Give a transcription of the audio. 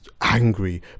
angry